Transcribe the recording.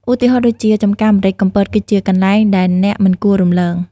ឧទាហរណ៍ដូចជា ចំការម្រេចកំពត គឺជាកន្លែងដែលអ្នកមិនគួររំលង។